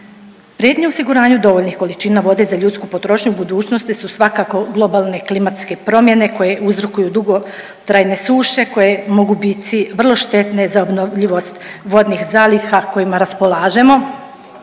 razumije/…osiguranju dovoljnih količina vode za ljudsku potrošnju u budućnosti su svakako globalne klimatske promjene koje uzrokuju dugotrajne suše koje mogu biti vrlo štetne za obnovljivost vodnih zaliha kojima raspolažemo